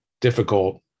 difficult